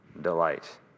delight